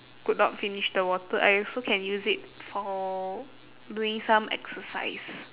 could not finish the water I also can use it for doing some exercise